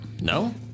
no